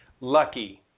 Lucky